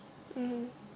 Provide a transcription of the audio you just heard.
mmhmm